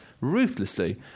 ruthlessly